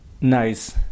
Nice